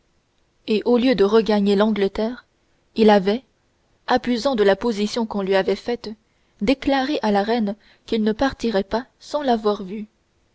et au lieu de regagner l'angleterre il avait abusant de la position qu'on lui avait faite déclaré à la reine qu'il ne partirait pas sans l'avoir vue